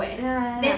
ya ya